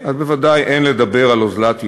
לכן, לדבר על אוזלת יד,